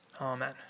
Amen